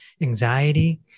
anxiety